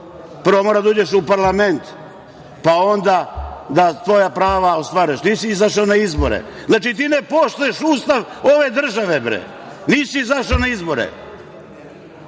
prvo moraš da uđeš u parlament, pa onda da svoja prava ostvaruješ. Nisi izašao na izbore, znači ti ne poštuješ Ustav ove države, bre! Nisi izašao na izbore.